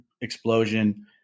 explosion